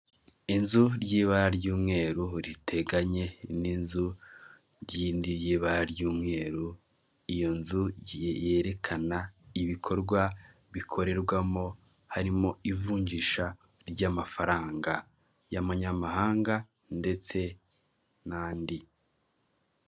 Ndabona ibicu by'umweru ndabona ahandi higanjemo ibara ry'ubururu bw'ikirere ndabona inkuta zubakishijwe amatafari ahiye ndabona ibiti binyuze muri izo nkuta ndabona imfungwa cyangwa se abagororwa nta misatsi bafite bambaye inkweto z'umuhondo ubururu n'umukara ndabona bafite ibikoresho by'ubuhinzi n'umusaruro ukomoka ku buhinzi nk'ibihaza ndabona bafite amasuka, ndabona iruhande rwabo hari icyobo.